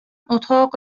اتاق